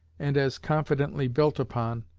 and as confidently built upon,